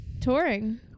Touring